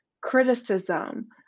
criticism